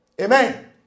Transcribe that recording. Amen